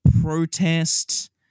protest